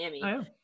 Miami